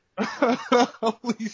Holy